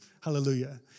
Hallelujah